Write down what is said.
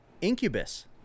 incubus